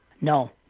No